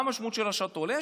מה המשמעות של אשרת עולה?